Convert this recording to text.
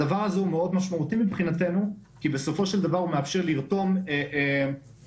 הדבר הזה מאוד משמעותי כי הוא מאפשר לרתום רשויות